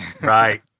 right